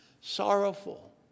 sorrowful